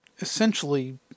essentially